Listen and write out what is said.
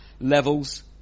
levels